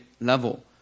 level